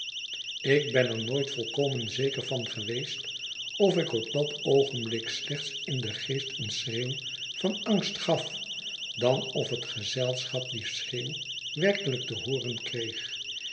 ik ben er nooit volkomen zeker van geweest of ik op dat oogenblik slechts in den geest een schreeuw van angst gaf dan of het gezelschap dien schreeuw werkelijk te hooren kreeg